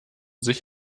sich